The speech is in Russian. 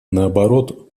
наоборот